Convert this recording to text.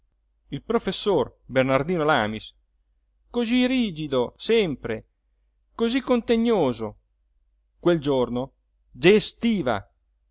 il professor bernardino lamis cosí rigido sempre cosí contegnoso quel giorno gestiva